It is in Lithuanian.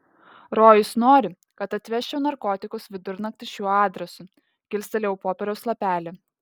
rojus nori kad atvežčiau narkotikus vidurnaktį šiuo adresu kilstelėjau popieriaus lapelį